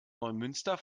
neumünster